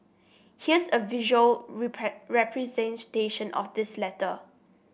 here's a visual representation of his letter